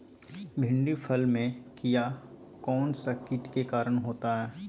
भिंडी फल में किया कौन सा किट के कारण होता है?